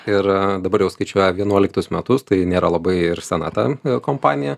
ir dabar jau skaičiuoja vienuoliktus metus tai nėra labai ir sena ta kompanija